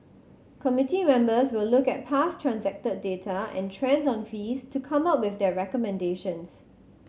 committee members will look at past transacted data and trends on fees to come up with their recommendations